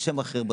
בשם אחר,